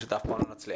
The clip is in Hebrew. פשוט אף פעם לא נצליח.